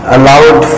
Allowed